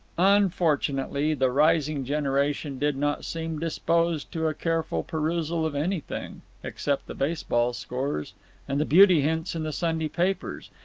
unfortunately, the rising generation did not seem disposed to a careful perusal of anything except the baseball scores and the beauty hints in the sunday papers,